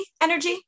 Energy